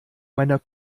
meiner